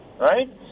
right